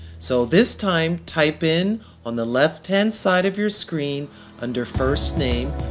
so this time type in on the left-hand side of your screen under first name,